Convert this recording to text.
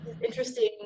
interesting